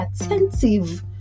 attentive